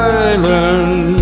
island